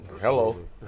Hello